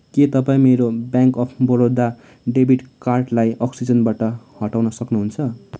के तपाईँ मेरो ब्याङ्क अफ बडोदा डेबिट कार्डलाई अक्सिजनबाट हटाउन सक्नुहुन्छ